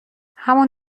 همون